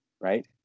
right